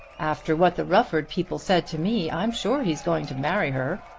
after what the rufford people said to me i'm sure he's going to marry her,